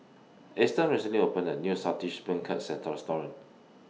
Easton recently opened A New Saltish Beancurds Restaurant